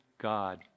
God